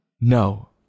no